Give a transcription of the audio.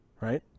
right